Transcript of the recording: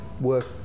work